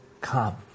come